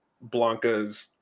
Blanca's